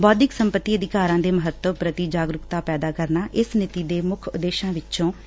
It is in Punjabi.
ਬੌਧਿਕ ਸੰਪਤੀ ਅਧਿਕਾਰਾਂ ਦੇ ਮੱਹਤਵ ਪ੍ਰਤੀ ਜਾਗਰੁਕਤਾ ਪੈਦਾ ਕਰਨਾ ਇਸ ਨੀਤੀ ਦੇ ਮੁੱਖ ਉਦੇਸ਼ਾਂ ਵਿਚੋਂ ਇਕ ਏ